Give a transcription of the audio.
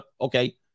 okay